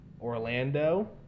Orlando